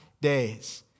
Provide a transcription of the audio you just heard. days